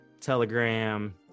Telegram